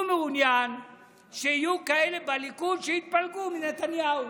והוא מעוניין שיהיו כאלה בליכוד שיתפלגו מנתניהו.